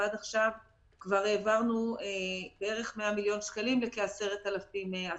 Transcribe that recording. ועד עכשיו כבר העברנו בערך 100 מיליון שקלים לכ-10,000 עסקים.